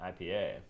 IPA